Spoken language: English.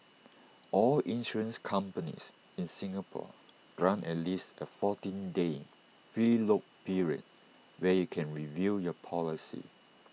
all insurance companies in Singapore grant at least A fourteen day free look period where you can review your policy